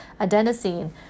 Adenosine